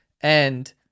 and-